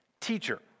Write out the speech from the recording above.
Teacher